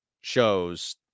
shows